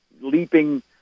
leaping